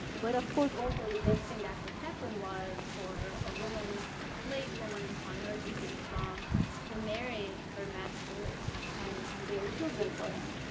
but of course also, the best thing that could happen was for a woman, a slave woman who converted to islam to marry her master and and bear children for him.